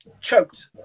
choked